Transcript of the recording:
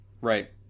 right